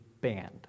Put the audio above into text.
banned